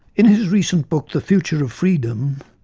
in his recent book, the future of freedom,